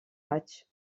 matchs